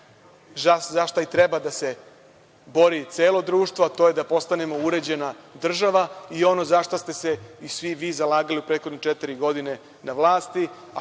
zašta i treba da se bori celo društvo, a to je da postanemo uređena država i ono za šta ste se i svi vi zalagali u prethodne četiri godine na vlasti,